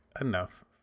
enough